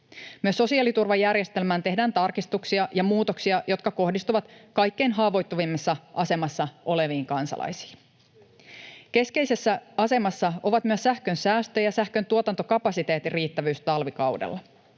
Myös sosiaaliturvajärjestelmään tehdään tarkistuksia ja muutoksia, jotka kohdistuvat kaikkein haavoittuvimmassa asemassa oleviin kansalaisiin. Keskeisessä asemassa ovat myös sähkön säästö ja sähkön tuotantokapasiteetin riittävyys talvikaudella.